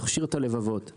להכשיר את הלבבות.